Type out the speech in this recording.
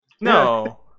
no